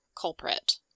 culprit